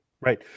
right